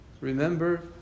Remember